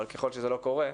וככל שזה לא קורה.